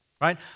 right